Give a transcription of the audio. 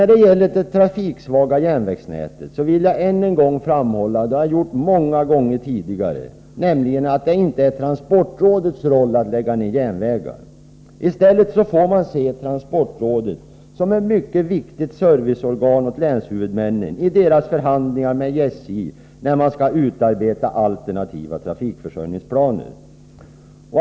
När det gäller det trafiksvaga järnvägsnätet vill jag framhålla — som jag har gjort många gånger tidigare — att det inte är transportrådets uppgift att lägga ned järnvägar. I stället får man se transportrådet som ett mycket viktigt serviceorgan för länshuvudmännen i deras förhandlingar med SJ och när det skall utarbetas alternativa trafikförsörjningsplaner.